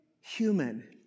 human